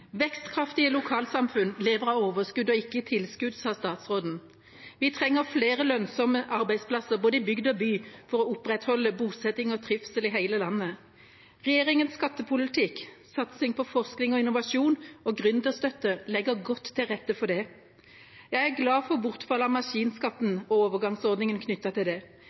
Vekstkraftige lokalsamfunn lever av overskudd, ikke av tilskudd, sa statsråden. Vi trenger flere lønnsomme arbeidsplasser i både bygd og by for å opprettholde bosetting og trivsel i hele landet. Regjeringas skattepolitikk, satsing på forskning og innovasjon og gründerstøtte legger godt til rette for det. Jeg er glad for bortfallet av maskinskatten og overgangsordningen knyttet til det,